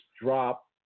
drop